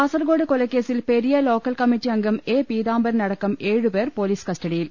കാസർകോട് കൊലകേസിൽ Periya local committee അംഗം A Peethambaran അടക്കം ഏഴു പേർ പൊലീസ് കസ്റ്റഡിയിൽ